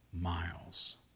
miles